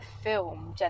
film